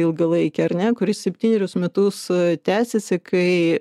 ilgalaikį ar ne kuris septynerius metus tęsiasi kai